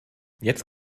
jetzt